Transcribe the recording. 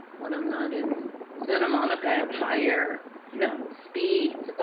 when i'm not in santa monica. i have higher know speeds.